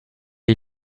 est